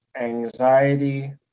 anxiety